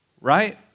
right